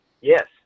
yes